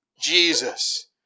Jesus